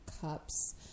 cups